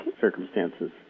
circumstances